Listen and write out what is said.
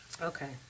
Okay